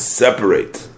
separate